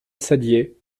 saddier